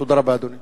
תודה רבה, אדוני.